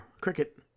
cricket